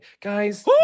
guys